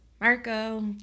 Marco